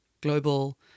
global